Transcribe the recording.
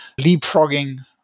leapfrogging